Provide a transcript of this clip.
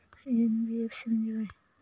NBFC म्हणजे काय?